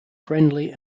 friendly